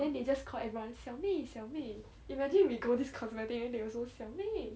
then they just call everyone 小妹小妹 imagine we go this cosmetic then they also 小妹